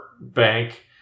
bank